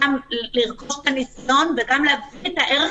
גם לרכוש את הניסיון וגם להביא את הערך